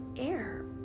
air